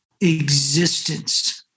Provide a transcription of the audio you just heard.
existence